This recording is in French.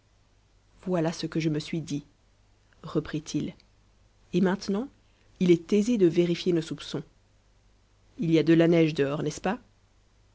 voilà ce que je me suis dit reprit-il et maintenant il est aisé de vérifier nos soupçons il y a de la neige dehors n'est-ce pas